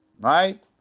Right